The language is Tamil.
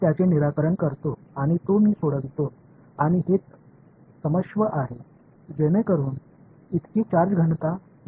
நான் அதைத் தீர்க்கிறேன் அதற்கான தீர்வைப் பெறுகிறேன் சார்ஜ் அடர்த்தி இதுதான்